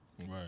Right